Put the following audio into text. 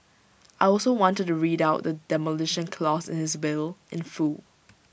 I also wanted to read out the Demolition Clause in his will in full